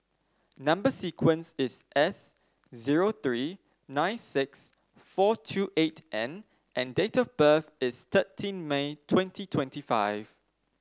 number sequence is S zero three nine six four two eight N and date of birth is thirteen May twenty twenty five